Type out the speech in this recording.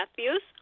Matthews